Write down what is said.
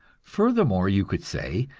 furthermore, you could say,